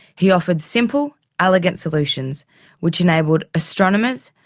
he offered simple elegant solutions which enabled astronomers,